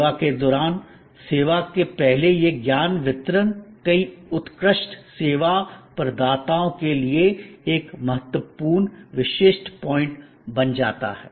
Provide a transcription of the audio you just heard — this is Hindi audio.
सेवा के दौरान सेवा से पहले यह ज्ञान वितरण कई उत्कृष्ट सेवा प्रदाताओं के लिए एक महत्वपूर्ण विशिष्ट पॉइंट बन जाता है